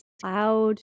cloud